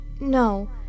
No